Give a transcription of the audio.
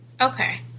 Okay